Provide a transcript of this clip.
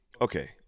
Okay